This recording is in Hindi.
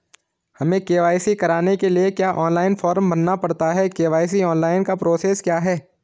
हमें के.वाई.सी कराने के लिए क्या ऑनलाइन फॉर्म भरना पड़ता है के.वाई.सी ऑनलाइन का प्रोसेस क्या है?